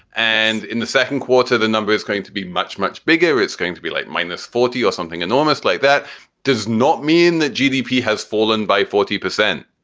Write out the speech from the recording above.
and in the second quarter, the number is going to be much, much bigger. it's going to be like minus forty or something enormous. like that does not mean that gdp has fallen by forty percent.